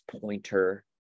pointer